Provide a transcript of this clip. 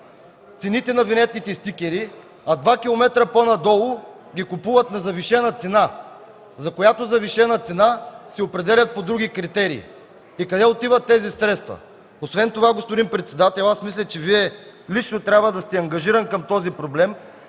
цените на винетните стикери, а два километра по-надолу ги купуват на завишена цена, която завишена цена се определя по други критерии? И къде отиват тези средства? Освен това, господин председател, аз мисля, че Вие лично трябва да сте ангажиран към този проблем,